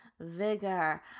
vigor